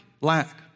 lack